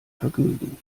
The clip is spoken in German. vergnügen